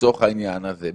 לצורך העניין הזה.